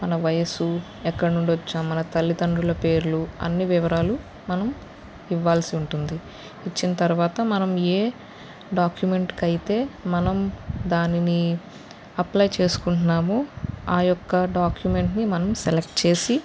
మన వయస్సు ఎక్కడ నుండి వచ్చాం మన తల్లిదండ్రుల పేర్లు అన్ని వివరాలు మనం ఇవ్వాల్సి ఉంటుంది ఇచ్చిన తర్వాత మనం ఏ డాక్యుమెంట్కైతే మనం దానిని అప్లయి చేసుకుంటున్నామో ఆ యొక్క డాక్యుమెంట్ని మనం సెలెక్ట్ చేసి